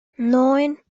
neun